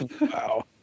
Wow